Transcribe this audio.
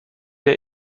der